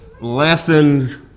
Lessons